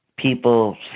people